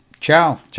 Ciao